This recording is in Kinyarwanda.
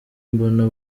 mbona